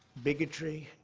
bigotry,